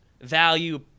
value